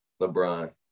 LeBron